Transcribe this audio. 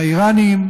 לאיראנים: